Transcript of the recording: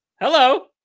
hello